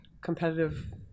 competitive